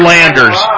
Landers